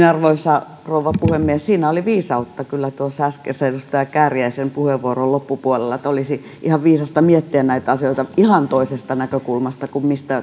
arvoisa rouva puhemies siinä oli viisautta kyllä tuossa äskeisen edustaja kääriäisen puheenvuoron loppupuolella että olisi ihan viisasta miettiä näitä asioita ihan toisesta näkökulmasta kuin